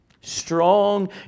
Strong